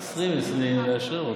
2020, נאשרר אותו.